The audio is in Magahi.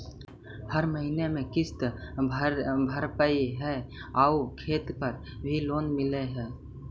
हर महीने में किस्त भरेपरहै आउ खेत पर भी लोन मिल है?